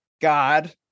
God